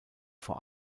vor